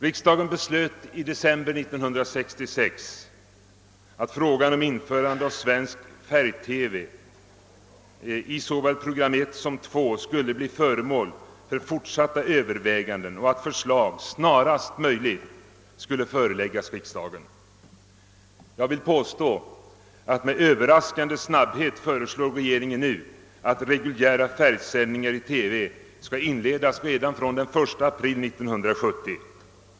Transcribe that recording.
Riksdagen beslöt i december 1966 att frågan om införande av svensk färg-TY i såväl program 1 som 2 borde bli föremål för fortsatta överväganden och att förslag snarast möjligt skulle föreläggas riksdagen. Jag vill påstå att regeringen nu med överraskande snabbhet föreslagit att reguljära färgsändningar i TV skall inledas redan från den 1 april 1970.